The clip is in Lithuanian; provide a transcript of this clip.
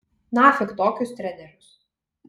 nafik tokius trenerius